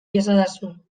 iezadazu